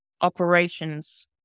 operations